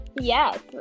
yes